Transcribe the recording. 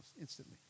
instantly